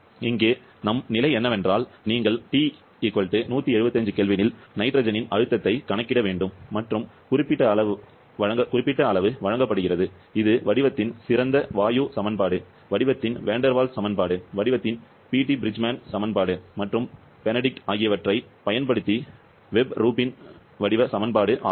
எனவே இங்கே எங்கள் நிலை என்னவென்றால் நீங்கள் T 175 K இல் நைட்ரஜனின் அழுத்தத்தைக் கணக்கிட வேண்டும் மற்றும் குறிப்பிட்ட அளவு வழங்கப்படுகிறது இது வடிவத்தின் சிறந்த வாயு சமன்பாடு வடிவத்தின் வேண்டர் வால்ஸ் சமன்பாடு வடிவத்தின் பீட்டி பிரிட்ஜ்மேன் சமன்பாடு மற்றும் பெனடிக்ட் ஆகியவற்றைப் பயன்படுத்தி வெப் ரூபின் வடிவ சமன்பாடு ஆகும்